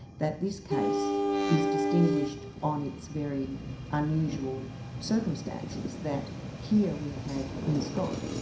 that this case is distinguished on its very unusual circumstances, that here we had in scott,